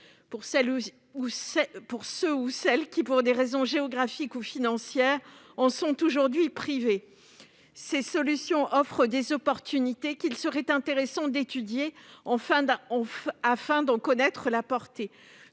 bénéfice de ceux qui, pour des raisons géographiques ou financières, en sont aujourd'hui privés. Ces solutions offrent des opportunités qu'il serait intéressant d'étudier afin d'en connaître la portée.